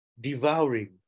devouring